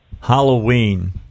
Halloween